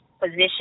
position